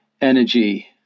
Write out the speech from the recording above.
energy